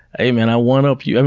hey man, i'll one-up you.